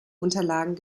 unterlagen